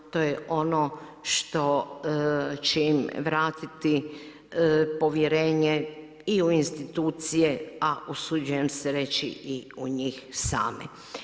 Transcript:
To je ono što će im vratiti povjerenje i u institucije, a usuđujem se reći i u njih same.